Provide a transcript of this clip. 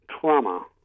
trauma